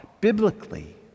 biblically